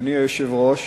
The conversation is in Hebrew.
אדוני היושב-ראש,